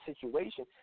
situation